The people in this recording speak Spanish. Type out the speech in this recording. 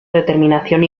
determinación